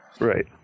Right